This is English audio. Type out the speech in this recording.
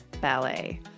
ballet